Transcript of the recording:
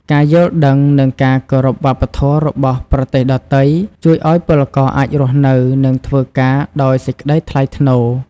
ការយល់ដឹង និងការគោរពវប្បធម៌របស់ប្រទេសដទៃ ជួយឱ្យពលករអាចរស់នៅ និងធ្វើការដោយសេចក្តីថ្លៃថ្នូរ។